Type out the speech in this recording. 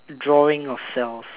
drawing of cells